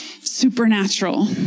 supernatural